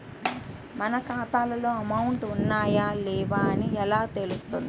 నా ఖాతాలో అమౌంట్ ఉన్నాయా లేవా అని ఎలా తెలుస్తుంది?